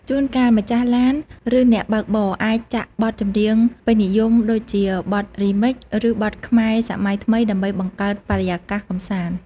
ជួនកាលម្ចាស់ឡាន ឬអ្នកបើកបរអាចចាក់បទចម្រៀងពេញនិយមដូចជាបទរីមិច ឬបទខ្មែរសម័យថ្មីដើម្បីបង្កើតបរិយាកាសកម្សាន្ត។